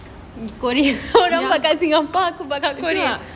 korea